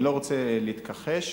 אני לא רוצה להתכחש,